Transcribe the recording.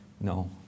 No